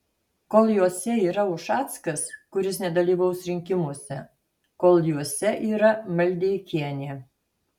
kol jose yra ušackas kuris nedalyvaus rinkimuose kol juose yra maldeikienė